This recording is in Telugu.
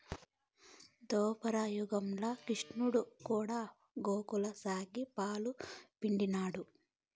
దోపర యుగంల క్రిష్ణుడు కూడా గోవుల సాకి, పాలు పిండినాడు